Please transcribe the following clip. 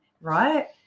Right